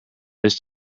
this